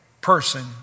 person